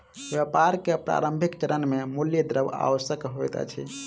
व्यापार के प्रारंभिक चरण मे मूल द्रव्य आवश्यक होइत अछि